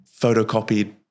photocopied